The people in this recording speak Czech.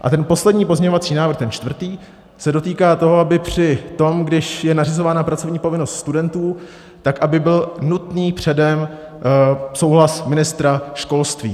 A ten poslední pozměňovací návrh, ten čtvrtý, se dotýká toho, aby při tom, když je nařizována pracovní povinnost studentům, byl nutný předem souhlas ministra školství.